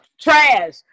trash